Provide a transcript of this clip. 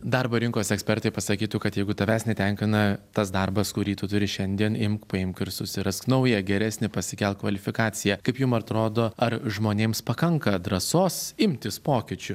darbo rinkos ekspertai pasakytų kad jeigu tavęs netenkina tas darbas kurį tu turi šiandien imk paimk ir susirask naują geresnį pasikelk kvalifikaciją kaip jum atrodo ar žmonėms pakanka drąsos imtis pokyčių